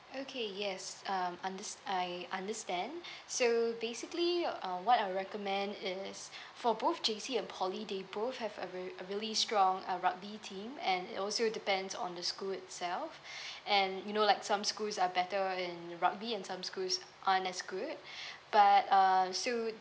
okay yes um understand I understand so basically uh what I'll recommend is for both J_C and poly they both have a r~ a really strong uh rugby team and it also depends on the school itself and you know like some schools are better in rugby and some schools aren't as good but uh so